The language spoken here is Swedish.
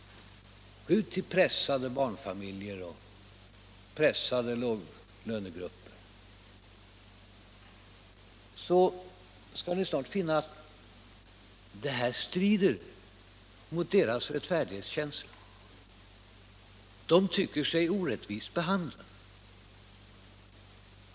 Gå ut till pressade barnfamiljer och låglönegrupper, så skall ni snart finna att sådant här strider mot deras rättfärdighetskänsla. De tycker sig orättvist behandlade.